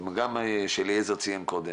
וגם כפי שאליעזר ציין קודם,